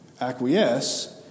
acquiesce